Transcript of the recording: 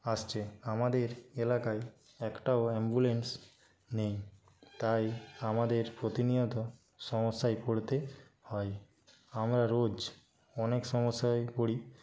আসছে আমাদের এলাকায় একটাও অ্যাম্বুলেন্স নেই তাই আমাদের প্রতিনিয়ত সমস্যায় পড়তে হয় আমরা রোজ অনেক সমস্যায় পড়ি